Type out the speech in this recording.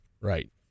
Right